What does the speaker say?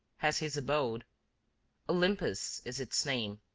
has his abode olympus is its name.